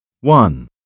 One